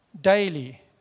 daily